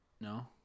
No